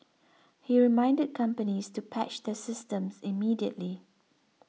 he reminded companies to patch their systems immediately